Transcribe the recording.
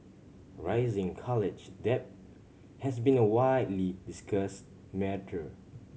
rising college debt has been a widely discussed matter